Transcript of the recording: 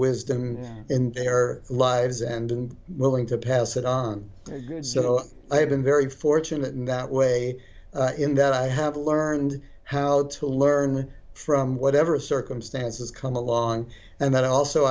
wisdom in their lives and willing to pass it on so i have been very fortunate in that way in that i have learned how to learn from whatever circumstances come along and then also